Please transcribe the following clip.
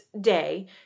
day